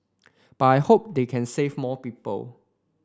but I hope they can save more people